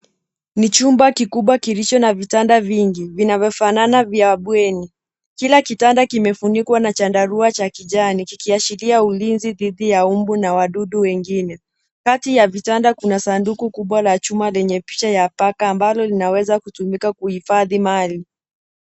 Ni chumba kikubwa kilicho na vitanda vingi vinavyofanana vya bweni. Kila kitanda kimefunikuwa na chandarua cha kijani, kikiashiria ulinzi dhidi ya mbu na wadudu wengine. Kati ya vitanda kuna sanduku kubwa la chuma lenye picha ya paka ambalo linaweza kutumika kuhifadhi mali.